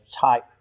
type